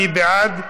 מי בעד?